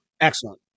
excellent